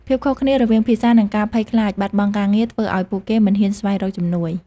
ភាពខុសគ្នារវាងភាសា និងការភ័យខ្លាចបាត់បង់ការងារធ្វើឲ្យពួកគេមិនហ៊ានស្វែងរកជំនួយ។